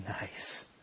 Nice